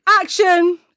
Action